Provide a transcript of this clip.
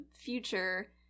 future